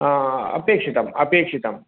अपेक्षितं अपेक्षितम्